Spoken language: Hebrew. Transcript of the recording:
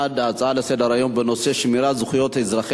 ההצעה לסדר-היום בנושא: שמירת זכויות אזרחי